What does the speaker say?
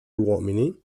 uomini